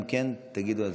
אם כן, תגידו איזו.